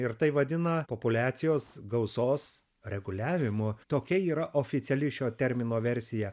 ir tai vadina populiacijos gausos reguliavimu tokia yra oficiali šio termino versija